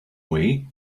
way